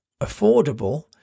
affordable